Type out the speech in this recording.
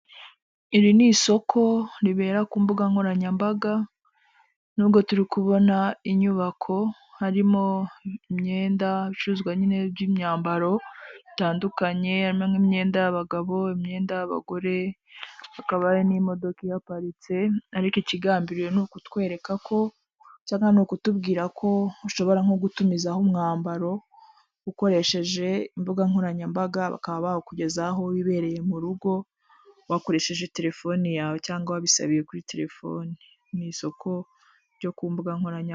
Iri ni isoko ribera ku mbuga nkoranyambaga n'ubwo turi kubona inyubako harimo imyenda ibicuruzwa nyine by'imyambaro bitandukanye, harimo nk'imyenda y'abagabo imyenda y'abagore akaba ari n'imodoka ihaparitse, ariko ikigambiriye ni ukutwereka ko cyangwa, ni ukutubwira ko ushobora nko gutumizaho umwambaro ukoresheje imbuga nkoranyambaga bakaba bawukugeza aho wibereye mu rugo wakoresheje telefone yawe cyangwa wabisabiye kuri telefone mu isoko ryo ku mbuga nkoranyambaga.